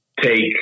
take